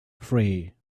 free